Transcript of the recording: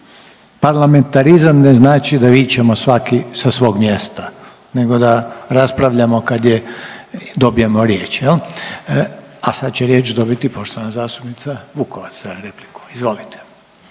Parlamentarizam ne znači da vičemo svaki sa svog mjesta nego da raspravljamo kad je dobijemo riječ jel. A sad će riječ dobiti poštovana zastupnica Vukovac za repliku, izvolite.